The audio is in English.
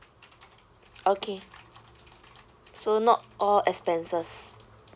okay so not all expenses